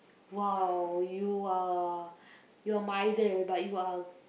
!wow! you are you are my idol but you are